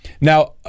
Now